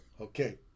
Okay